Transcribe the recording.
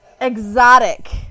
Exotic